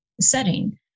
setting